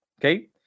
Okay